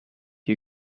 you